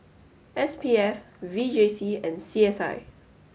S P F V J C and C S I